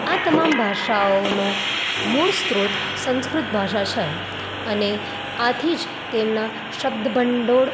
આ તમામ ભાષાઓનો મૂળ સ્ત્રોત સંસ્કૃત ભાષા છે અને આથી જ તેમનાં શબ્દ ભંડોળ